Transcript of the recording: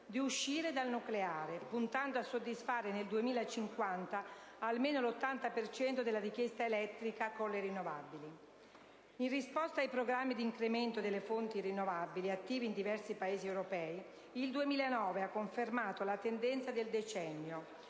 di uscire dal nucleare puntando a soddisfare nel 2050 almeno l'80 per cento della richiesta elettrica con le rinnovabili. In risposta ai programmi di incremento delle fonti rinnovabili, attivi in diversi Paesi europei, il 2009 ha confermato la tendenza del decennio: